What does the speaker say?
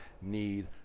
need